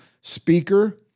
speaker